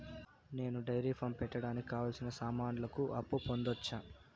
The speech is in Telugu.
నేను డైరీ ఫారం పెట్టడానికి కావాల్సిన సామాన్లకు అప్పు పొందొచ్చా?